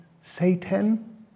Satan